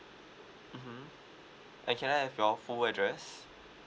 mmhmm and can I have your full address